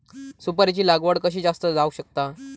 सुपारीची लागवड कशी जास्त जावक शकता?